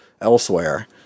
elsewhere